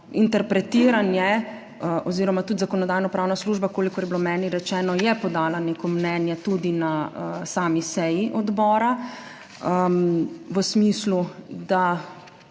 interpretiranje oziroma tudi Zakonodajno-pravna služba, kolikor je bilo meni rečeno, je podala neko mnenje tudi na sami seji odbora, v smislu, da